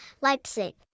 Leipzig